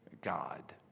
God